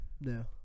No